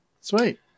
Sweet